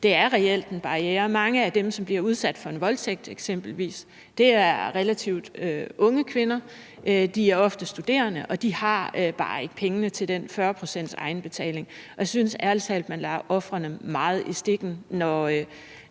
det er reelt en barriere. Mange af dem, som bliver udsat eksempelvis for en voldtægt, er relativt unge kvinder. De er ofte studerende, og de har bare ikke pengene til den 40-procentsegenbetaling. Jeg synes ærlig talt, at man lader ofrene meget i stikken, når